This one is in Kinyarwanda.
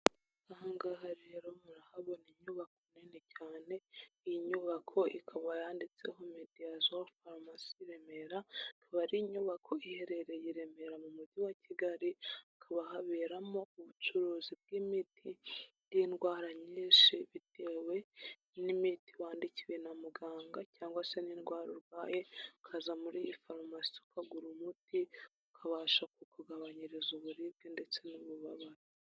Aha ngaha rero murahabona inyubako nini cyane, iyi nyubako ikaba yanditseho Mediasol Pharmacy Remera, akaba ari inyubako iherereye i Remera mu Mujyi wa Kigali; hakaba haberamo ubucuruzi bw'imiti bw'indwara nyinshi, bitewe n'imiti wandikiwe na muganga, cyangwa se n'indwara urwaye, ukaza muri iyi farumasi ukagura umuti, ukabasha kukugabanyiriza uburibwe ndetse n'ububabare.